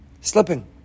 Slipping